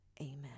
Amen